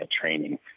training